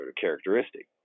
characteristic